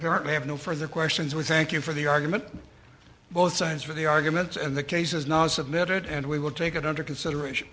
apparently have no further questions we thank you for the argument both sides of the argument and the case is now submitted and we will take it under consideration